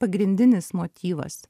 pagrindinis motyvas